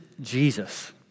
Jesus